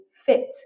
fit